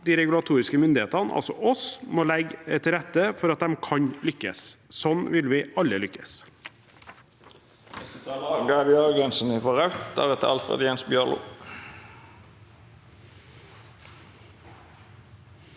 de regulatoriske myndighetene, altså oss – må legge til rette for at de kan lykkes. Sånn vil vi alle lykkes.